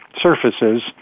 surfaces